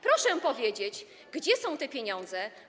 Proszę powiedzieć, gdzie są te pieniądze.